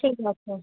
ঠিক আছে